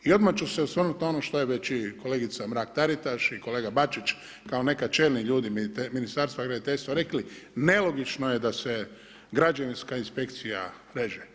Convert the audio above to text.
I odmah ću se osvrnut na ono što je već i kolegica Mrak Taritaš i kolega Bačić kao nekad čelni ljudi Ministarstva graditeljstva rekli, nelogično je da se građevinska inspekcija reže.